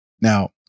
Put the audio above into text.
Now